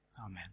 amen